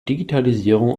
digitalisierung